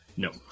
No